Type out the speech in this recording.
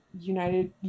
United